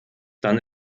dann